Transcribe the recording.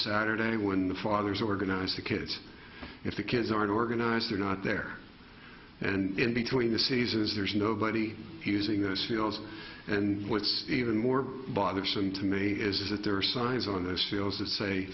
saturday when the fathers organize a kid if the kids aren't organized they're not there and in between the seasons there's nobody using the ceo's and what's even more bothersome to me is that there are signs on this feels